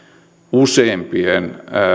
useampien